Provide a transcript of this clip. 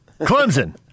Clemson